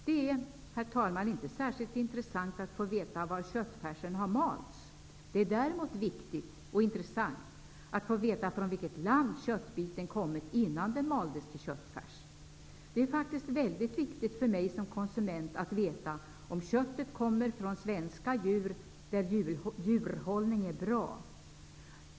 Det är, herr talman, inte särskilt intressant att få veta var köttfärsen har malts. Det är däremot viktigt och intressant att få veta från vilket land köttbiten kommit innan den maldes till köttfärs. Det är faktiskt väldigt viktigt för mig som konsument att veta om köttet kommer från djur i Sverige, där djurhållningen är bra.